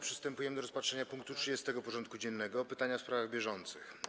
Przystępujemy do rozpatrzenia punktu 30. porządku dziennego: Pytania w sprawach bieżących.